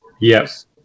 Yes